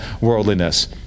worldliness